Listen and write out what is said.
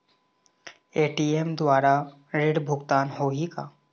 ATM द्वारा ऋण भुगतान होही का?